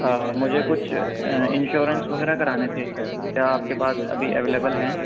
مجھے کچھ انشیورنس وغیرہ کرانے تھے کیا آپ کے پاس ابھی اویلیبل ہیں